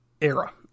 era